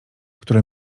które